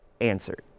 answered